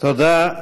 תודה,